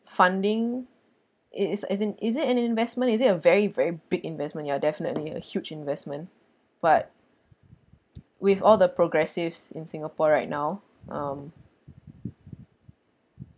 funding it is as in is it an investment is it a very very big investment you are definitely a huge investment but with all the progressives in singapore right now um